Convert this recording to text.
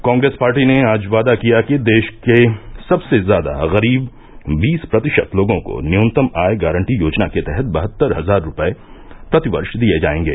Congress party ने आज वादा किया कि देश के सबसे ज्यादा गरीब बीस प्रतिशत लोगों को न्यूनतम आय गारंटी योजना के तहत बहत्तर हजार रूपये प्रतिवर्ष दिये जाएंगे